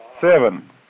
Seven